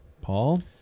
Paul